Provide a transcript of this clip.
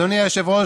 אדוני היושב-ראש,